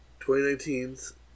2019's